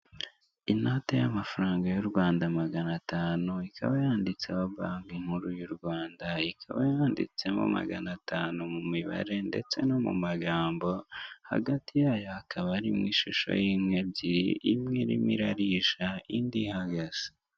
Inote y'amafaranga y'u Rwanda magana atanu, ikaba yanditseho banki nku y'u Rwanda, ikaba yanditseho magana atanu mu mibare ndetse no mu magambo, hagati yayo hakaba harimo ishusho y'inka ebyiri, imwe irimo irarisha, indi ihagaze.